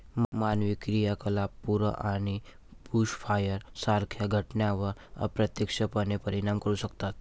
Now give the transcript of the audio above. मानवी क्रियाकलाप पूर आणि बुशफायर सारख्या घटनांवर अप्रत्यक्षपणे परिणाम करू शकतात